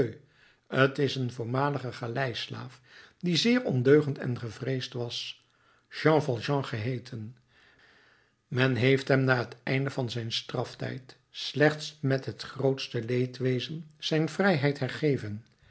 t is een voormalige galeislaaf die zeer ondeugend en gevreesd was jean valjean geheeten men heeft hem na t einde van zijn straftijd slechts met het grootste leedwezen zijn vrijheid hergeven